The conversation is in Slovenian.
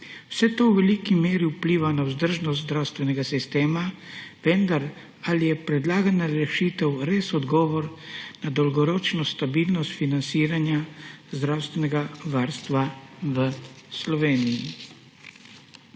Vse to v veliki meri vpliva na vzdržnost zdravstvenega sistema, vendar ali je predlagana rešitev res odgovor na dolgoročno stabilnost financiranja zdravstvenega varstva v Sloveniji?!